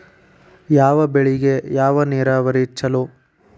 ಯಾವ ಬೆಳಿಗೆ ಯಾವ ನೇರಾವರಿ ಛಲೋ?